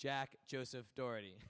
jack joseph dorothy